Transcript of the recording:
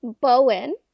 Bowen